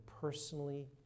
personally